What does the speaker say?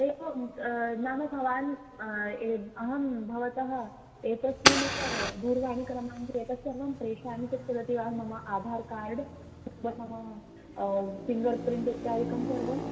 एवं नाम भवान् यद् अहं भवतः एतस्मिन्नेव दूरवणीक्रमाङ्के एतत् सर्वं प्रेषयामि तत् चलति वा मम आधार् कार्ड् तत्र मम फ़िङ्गर् प्रिण्ट् इत्यादिकं सर्वं